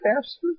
pastor